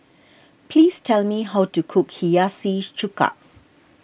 please tell me how to cook Hiyashi Chuka